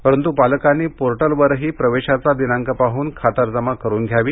परंतु पालकांनी पोर्टलवरही प्रवेशाचा दिनांक पाहून खातरजमा करून घ्यावी